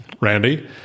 Randy